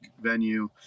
venue